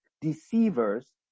deceivers